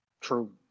True